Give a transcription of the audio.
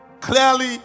clearly